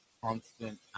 constant